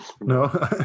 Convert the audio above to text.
no